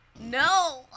No